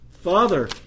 father